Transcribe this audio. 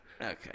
Okay